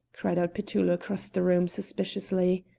cried out petullo across the room, suspiciously.